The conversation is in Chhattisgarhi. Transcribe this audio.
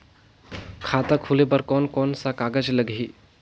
खाता खुले बार कोन कोन सा कागज़ लगही?